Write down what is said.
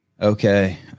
Okay